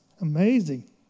amazing